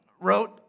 Wrote